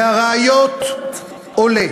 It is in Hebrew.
מהראיות עולה